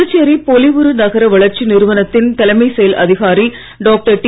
புதுச்சேரி பொலிவுறு நகர வளர்ச்சி நிறுவனத்தின் தலைமை செயல் அதிகாரி டாக்டர் டி